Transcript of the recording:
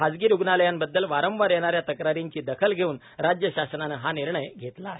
खासगी रुग्णालयांबद्दल वारंवार येणाऱ्या तक्रारींची दखल घेऊन राज्यशासनानं हा निर्णय घेतला आहे